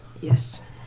Yes